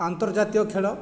ଆନ୍ତର୍ଜାତିୟ ଖେଳ